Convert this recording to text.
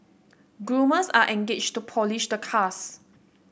groomers are engaged to polish the cars